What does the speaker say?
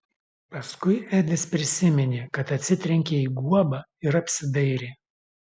paskui edis prisiminė kad atsitrenkė į guobą ir apsidairė